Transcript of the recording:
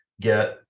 get